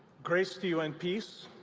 grace to you and peace.